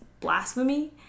blasphemy